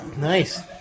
Nice